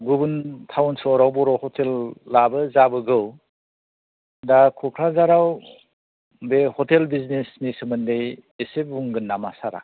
गुबुन टाउन सहराव बर' हथेलाबो जाबोगौ दा क'क्राझाराव बे हटेल बिसिनेसनि सोमोन्दै एसे बुंगोन नामा सारा